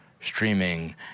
streaming